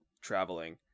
traveling